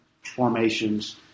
formations